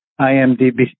IMDB